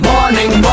Morning